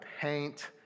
paint